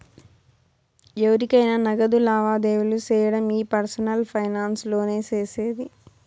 ఎవురికైనా నగదు లావాదేవీలు సేయడం ఈ పర్సనల్ ఫైనాన్స్ లోనే సేసేది